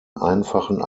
einfachen